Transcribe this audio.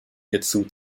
hierzu